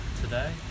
Today